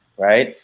right?